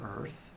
earth